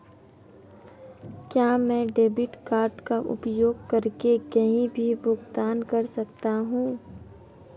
क्या मैं debit card का उपयोग करके कहीं भी भुगतान कर सकता हूं?